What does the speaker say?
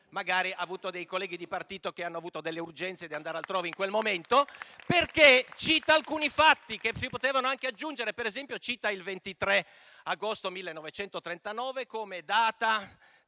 magari ha avuto colleghi di partito che hanno avuto l'urgenza di andare altrove in quel momento, perché cita alcuni fatti che si potevano anche aggiungere. Per esempio, cita il 23 agosto 1939 come data